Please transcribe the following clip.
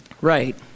right